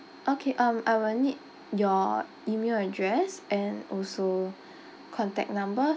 okay um I will need your email address and also contact number